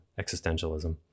existentialism